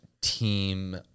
team